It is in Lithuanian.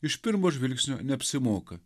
iš pirmo žvilgsnio neapsimoka